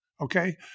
Okay